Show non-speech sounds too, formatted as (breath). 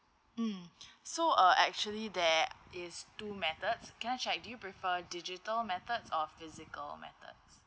mm (breath) so uh actually there is two methods can I check do you prefer digital methods or physical methods